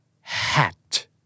Hat